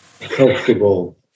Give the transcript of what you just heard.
comfortable